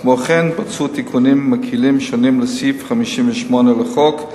כמו כן, בוצעו תיקונים מקלים שונים לסעיף 58 לחוק,